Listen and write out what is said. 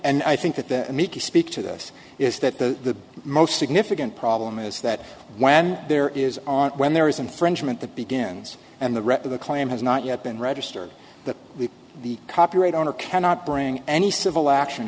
and i think that that make you speak to this is that the most significant problem is that when there is on when there is an infringement that begins and the rest of the claim has not yet been registered that we the copyright owner cannot bring any civil action